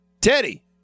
Teddy